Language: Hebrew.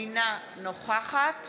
אינה נוכחת